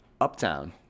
uptown